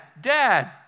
dad